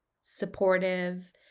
supportive